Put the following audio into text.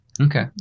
Okay